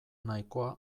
nahikoa